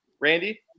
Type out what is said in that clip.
Randy